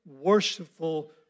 worshipful